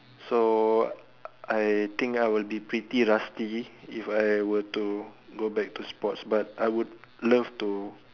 so I think I will be pretty rusty if I were to go back to sports but I would love to